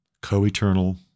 co-eternal